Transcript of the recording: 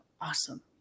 awesome